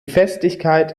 festigkeit